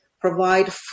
provide